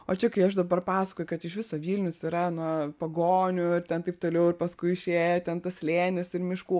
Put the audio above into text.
o čia kai aš dabar pasakoju kad iš viso vilnius yra na pagonių ir ten taip toliau ir paskui išėjo ten tas slėnis ir miškų